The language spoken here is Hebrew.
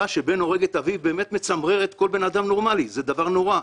שבן הורג אביו באמת מצמררת כל אדם נורמאלי זה דבר נורא.